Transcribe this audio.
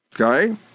Okay